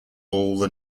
all